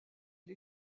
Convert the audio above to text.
les